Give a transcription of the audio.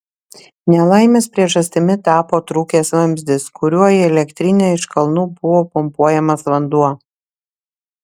nelaimės priežastimi tapo trūkęs vamzdis kuriuo į elektrinę iš kalnų buvo pumpuojamas vanduo